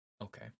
Okay